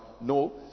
No